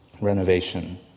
renovation